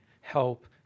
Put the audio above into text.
help